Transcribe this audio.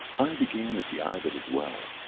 i began at the eye that was well,